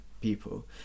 people